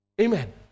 Amen